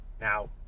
Now